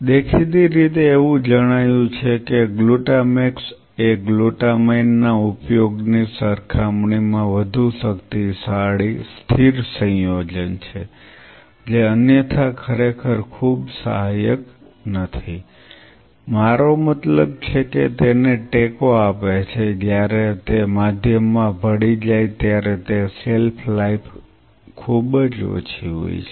દેખીતી રીતે એવું જણાયું છે કે ગ્લુટામેક્સ એ ગ્લુટામાઇન ના ઉપયોગની સરખામણીમાં વધુ શક્તિશાળી સ્થિર સંયોજન છે જે અન્યથા ખરેખર ખૂબ સહાયક નથી મારો મતલબ છે કે તેને ટેકો આપે છે જ્યારે તે માધ્યમમાં ભળી જાય ત્યારે તે શેલ્ફ લાઇફ ખૂબ ઓછી હોય છે